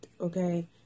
okay